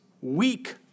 weak